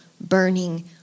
burning